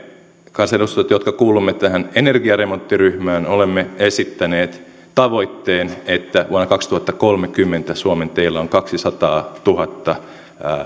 kansanedustajat jotka kuulumme tähän energiaremonttiryhmään olemme esittäneet tavoitteen että vuonna kaksituhattakolmekymmentä suomen teillä on kaksisataatuhatta